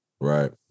Right